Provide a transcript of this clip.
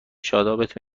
شادابت